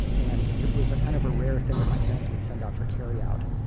and it was kind of a rare thing that my parents would send out for carryout.